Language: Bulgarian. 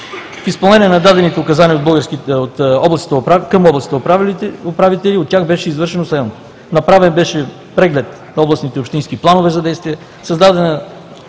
В изпълнение на дадените указания към областните управители от тях беше извършено следното: направен беше преглед на областните общински планове за действие; създадена